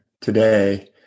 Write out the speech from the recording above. today